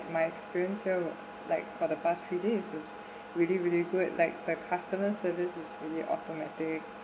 my experience so like for the past few days is just really really good like the customer service is fully automatic